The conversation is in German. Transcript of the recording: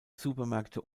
supermärkte